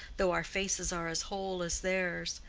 though our faces are as whole as theirs.